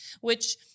which-